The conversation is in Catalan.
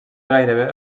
gairebé